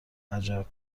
عجب